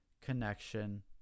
connection